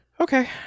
Okay